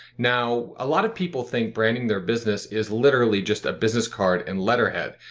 now a lot of people think branding their business is literally just a business card and letterhead,